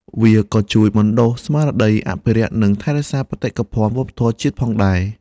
វាក៏ជួយបណ្តុះស្មារតីអភិរក្សនិងថែរក្សាបេតិកភណ្ឌវប្បធម៌ជាតិផងដែរ។